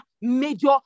major